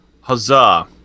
Huzzah